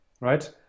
Right